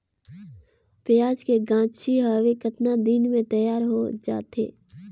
पियाज के गाछी हवे कतना दिन म तैयार हों जा थे?